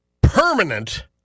permanent